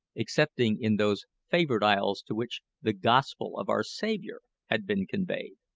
excepting in those favoured isles to which the gospel of our saviour had been conveyed.